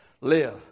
live